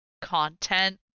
content